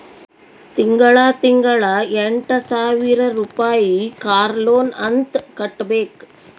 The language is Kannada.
ತಿಂಗಳಾ ತಿಂಗಳಾ ಎಂಟ ಸಾವಿರ್ ರುಪಾಯಿ ಕಾರ್ ಲೋನ್ ಅಂತ್ ಕಟ್ಬೇಕ್